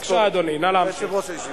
בבקשה, אדוני, נא להמשיך.